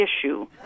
issue